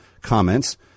comments